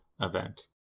event